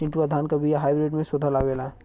चिन्टूवा धान क बिया हाइब्रिड में शोधल आवेला?